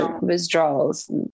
withdrawals